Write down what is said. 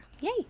Yay